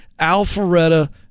Alpharetta